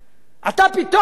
אתה פתאום מדבר על זה?